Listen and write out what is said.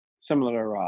similar